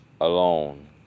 alone